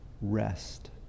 rest